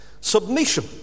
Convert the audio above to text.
submission